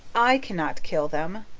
i cannot kill them.